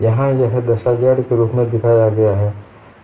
यहाँ यह दिशा z के रूप में दिखाया गया है